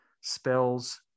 spells